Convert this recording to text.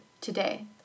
today